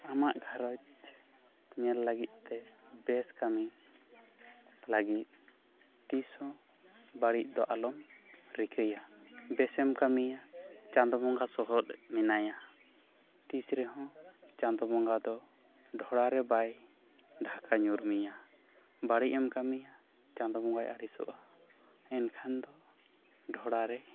ᱟᱢᱟᱜ ᱜᱷᱟᱨᱚᱸᱡᱽ ᱧᱮᱞ ᱞᱟᱹᱜᱤᱫ ᱛᱮ ᱵᱮᱥ ᱠᱟᱹᱢᱤ ᱞᱟᱹᱜᱤᱫ ᱛᱤᱥ ᱦᱚᱸ ᱵᱟᱹᱲᱤᱡ ᱫᱚ ᱟᱞᱚᱢ ᱨᱤᱠᱟᱹᱭᱟ ᱵᱮᱥᱮᱢ ᱠᱟᱹᱢᱤᱭᱟ ᱪᱟᱸᱫᱚ ᱵᱚᱸᱜᱟ ᱥᱚᱦᱚᱫ ᱢᱮᱱᱟᱭᱟ ᱛᱤᱥ ᱨᱮᱦᱚᱸ ᱪᱟᱸᱫᱚ ᱵᱚᱸᱜᱟ ᱫᱚ ᱰᱷᱚᱲᱟ ᱨᱮ ᱵᱟᱭ ᱰᱷᱟᱠᱟ ᱧᱩᱨᱢᱮᱭᱟ ᱵᱟᱹᱲᱤᱡ ᱮᱢ ᱠᱟᱹᱢᱤᱭᱟ ᱪᱟᱸᱫᱚ ᱵᱚᱸᱜᱟᱭ ᱟᱹᱲᱤᱥᱚᱜᱼᱟ ᱮᱱᱠᱷᱟᱱ ᱫᱚ ᱰᱦᱚᱲᱟᱨᱮ